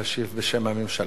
להשיב בשם הממשלה.